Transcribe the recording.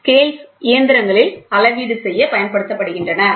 scales இயந்திரங்களில் அளவீடு செய்ய பயன்படுத்தப்படுகின்றன